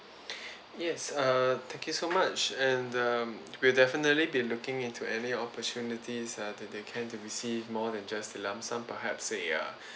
yes uh thank you so much and um we'll definitely be looking into any opportunities uh that they can to receive more than just the lump sum perhaps a uh